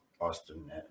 Austin